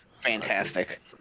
fantastic